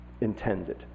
intended